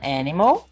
animal